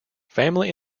family